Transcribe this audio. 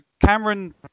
Cameron